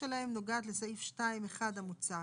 אה, כן.